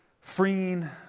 freeing